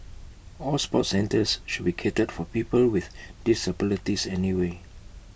all sports centres should be catered for people with disabilities anyway